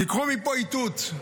תיקחו מפה איתות.